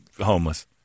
homeless